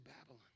Babylon